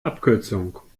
abkürzung